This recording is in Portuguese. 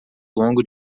longo